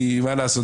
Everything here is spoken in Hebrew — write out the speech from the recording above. כי מה לעשות,